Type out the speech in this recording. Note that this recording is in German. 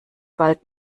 bald